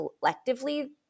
collectively